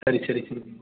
சரி சரி சரி